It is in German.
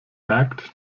merkt